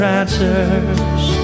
answers